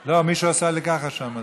לא, מישהו עשה לי ככה שם.